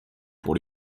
pour